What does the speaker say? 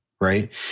right